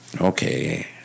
okay